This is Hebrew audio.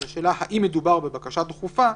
אז השאלה האם מדובר בבקשה דחופה,